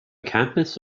campus